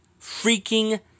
freaking